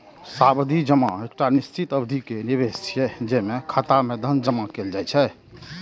सावधि जमा एकटा निश्चित अवधि के निवेश छियै, जेमे खाता मे धन जमा कैल जाइ छै